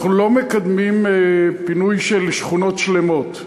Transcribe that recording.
אנחנו לא מקדמים פינוי של שכונת שלמות,